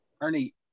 Ernie